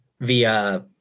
via